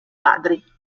padri